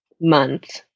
month